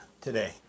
today